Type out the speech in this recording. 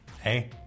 Hey